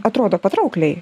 atrodo patraukliai